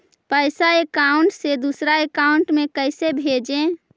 पैसा अकाउंट से दूसरा अकाउंट में कैसे भेजे?